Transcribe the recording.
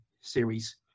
series